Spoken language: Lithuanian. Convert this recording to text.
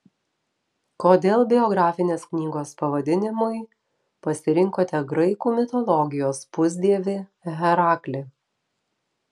kodėl biografinės knygos pavadinimui pasirinkote graikų mitologijos pusdievį heraklį